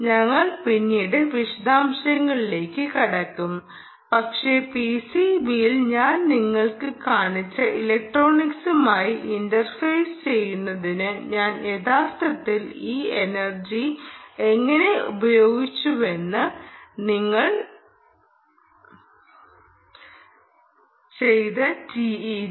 ഞങ്ങൾ പിന്നീട് വിശദാംശങ്ങളിലേക്ക് കടക്കും പക്ഷേ പിസിബിയിൽ ഞാൻ നിങ്ങൾക്ക് കാണിച്ച ഇലക്ട്രോണിക്സുമായി ഇന്റർഫേസ് ചെയ്യുന്നതിന് ഞാൻ യഥാർത്ഥത്തിൽ ഈ എനർജി എങ്ങനെ ഉപയോഗിച്ചുവെന്ന് നിങ്ങൾ മനസിലാക്കാൻ ആഗ്രഹിച്ചേക്കാം